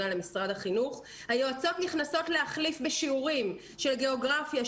היועצות נכנסות להחליף בשיעורים של גיאוגרפיה,